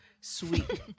Sweet